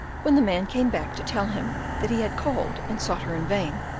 when the man came back to tell him that he had called and sought her in vain,